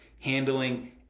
handling